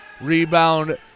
Rebound